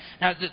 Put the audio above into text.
Now